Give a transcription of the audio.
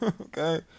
Okay